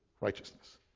righteousness